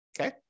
Okay